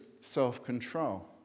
self-control